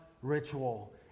Ritual